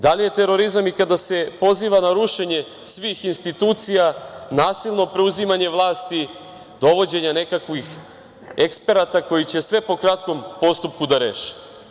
Da li je terorizam i kada se poziva na rušenje svih institucija, nasilno preuzimanje vlasti, dovođenje nekakvih eksperata koji će sve po kratkom postupku da reše?